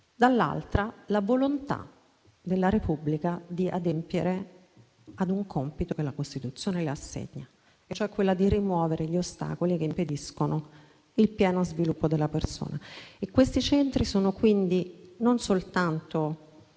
c'è la volontà della Repubblica di adempiere a un compito che la Costituzione le assegna, e cioè rimuovere gli ostacoli che impediscono il pieno sviluppo della persona. Questi centri, quindi, non sono